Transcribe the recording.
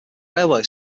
railway